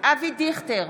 אבי דיכטר,